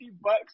bucks